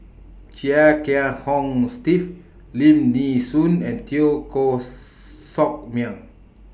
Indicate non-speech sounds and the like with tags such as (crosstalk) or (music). Chia Kiah Hong Steve Lim Nee Soon and Teo Koh (noise) Sock Miang